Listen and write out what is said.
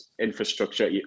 infrastructure